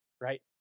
right